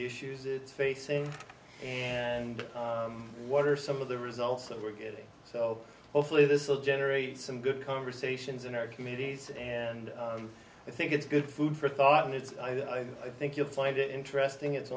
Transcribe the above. issues it's facing and what are some of the results that we're getting so hopefully this will generate some good conversations in our communities and i think it's good food for thought and it's i think you'll find it interesting it's